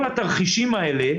כל התרחישים האלה